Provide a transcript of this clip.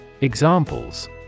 Examples